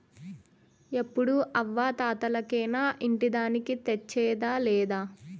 ఎప్పుడూ అవ్వా తాతలకేనా ఇంటి దానికి తెచ్చేదా లేదా